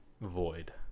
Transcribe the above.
void